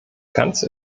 ganze